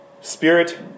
spirit